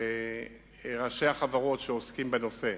וראשי החברות שעוסקים בנושא.